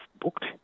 booked